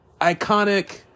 iconic